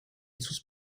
sus